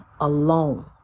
alone